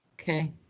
Okay